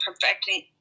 perfecting